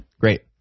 Great